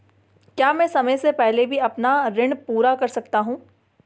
क्या मैं समय से पहले भी अपना ऋण पूरा कर सकता हूँ?